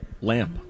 lamp